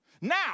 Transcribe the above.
Now